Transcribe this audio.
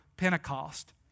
Pentecost